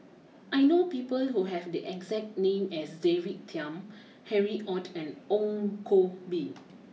I know people who have the exact name as David Tham Harry Ord and Ong Koh Bee